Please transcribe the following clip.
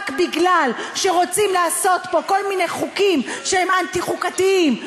רק מפני שרוצים לעשות פה כל מיני חוקים שהם אנטי-חוקתיים,